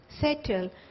settle